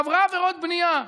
עברה עבירות בנייה.